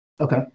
Okay